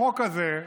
החוק הזה,